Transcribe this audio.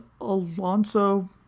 Alonso